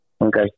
Okay